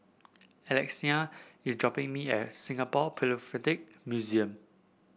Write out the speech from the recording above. Alexina is dropping me at Singapore Philatelic Museum